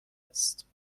است